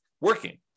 working